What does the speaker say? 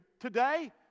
today